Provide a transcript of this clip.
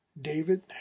David